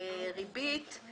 ריבית,